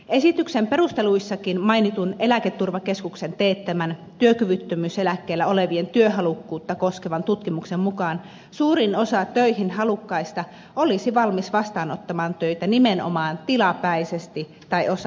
esityksen perusteluissakin mainitun eläketurvakeskuksen teettämän työkyvyttömyyseläkkeellä olevien työhalukkuutta koskevan tutkimuksen mukaan suurin osa töihin halukkaista olisi valmis vastaanottamaan töitä nimenomaan tilapäisesti tai osa aikaisesti